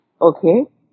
Okay